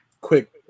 quick